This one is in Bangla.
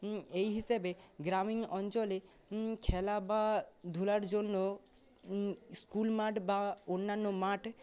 এই হিসেবে গ্রামীণ অঞ্চলে খেলা বা ধুলার জন্য স্কুল মাঠ বা অন্যান্য মাঠ